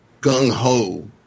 gung-ho